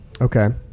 Okay